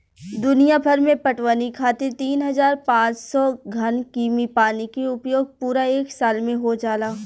दुनियाभर में पटवनी खातिर तीन हज़ार पाँच सौ घन कीमी पानी के उपयोग पूरा एक साल में हो जाला